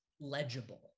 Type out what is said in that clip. legible